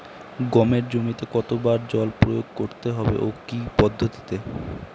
গমের জমিতে কতো বার জল প্রয়োগ করতে হবে ও কি পদ্ধতিতে?